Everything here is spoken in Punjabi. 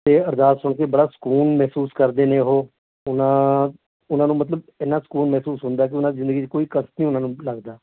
ਅਤੇ ਅਰਦਾਸ ਸੁਣ ਕੇ ਬੜਾ ਸਕੂਨ ਮਹਿਸੂਸ ਕਰਦੇ ਨੇ ਉਹ ਉਹਨਾਂ ਉਹਨਾਂ ਨੂੰ ਮਤਲਬ ਇੰਨਾਂ ਸਕੂਨ ਮਹਿਸੂਸ ਹੁੰਦਾ ਕਿ ਉਹਨਾਂ ਜਿੰਦਗੀ 'ਚ ਕੋਈ ਕਸ਼ਟ ਨਹੀਂ ਉਹਨਾਂ ਨੂੰ ਲੱਗਦਾ